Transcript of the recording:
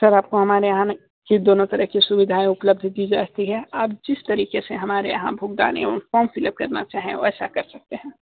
sir आपको हमारे यहाँ ही दोनों तरह की सुविधाएं उपलब्ध की जाती है आप जिस तरीके से हमारे यहाँ भुगतान एवं फॉर्म फिलअप करना चाहें वैसा कर सकते हैं